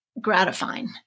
gratifying